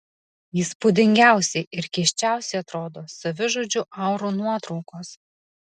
įspūdingiausiai ir keisčiausiai atrodo savižudžių aurų nuotraukos